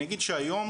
אני אגיד שהיום,